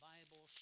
Bible